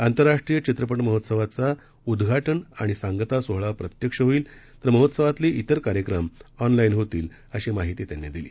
आतंरराष्ट्रीय चित्रपट महोत्सवाचा उद्घाटन आणि सांगता सोहळा प्रत्यक्ष होईल तर महोत्सवातले विर कार्यक्रम ऑनलाईन पद्धतीनं होतील अशी माहिती त्यांनी दिली